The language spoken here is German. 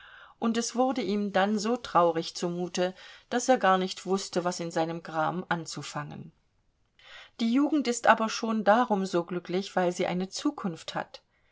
und es wurde ihm dann so traurig zumute daß er gar nicht wußte was in seinem gram anzufangen die jugend ist aber schon darum so glücklich weil sie eine zukunft hat